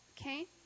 Okay